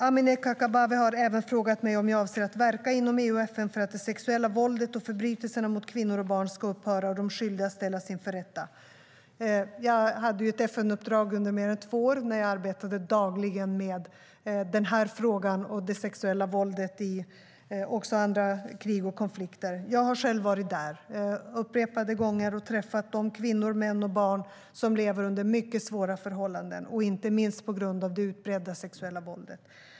Amineh Kakabaveh har även frågat mig om jag avser att verka inom EU och FN för att det sexuella våldet och förbrytelserna mot kvinnor och barn ska upphöra och de skyldiga ställas inför rätta. Jag hade ju ett FN-uppdrag under mer än två år då jag arbetade dagligen med frågan om det sexuella våldet också i andra krig och konflikter. Jag har själv varit i Kongo upprepade gånger och träffat de kvinnor, män och barn som lever under mycket svåra förhållanden, inte minst på grund av det utbredda sexuella våldet.